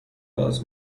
باز